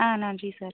ஆ நன்றி சார்